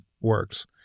works